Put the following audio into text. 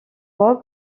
robe